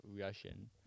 russian